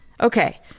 Okay